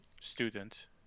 student